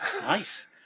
Nice